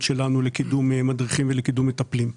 שלנו לקידום מדריכים ולקידום מטפלים.